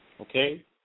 okay